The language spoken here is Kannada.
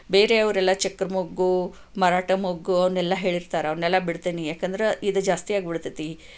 ಬೇರೆಯವರೆಲ್ಲ ಚಕ್ರಮೊಗ್ಗು ಮರಾಠಮೊಗ್ಗು ಅವನ್ನೆಲ್ಲ ಹೇಳಿರ್ತಾರೆ ಅವನ್ನೆಲ್ಲ ಬಿಡ್ತೀನಿ ಯಾಕೆಂದರೆ ಇದು ಜಾಸ್ತಿಯಾಗಿ ಬಿಡತೈತಿ